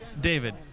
David